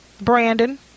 Brandon